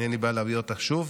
אין לי בעיה להביע אותה שוב.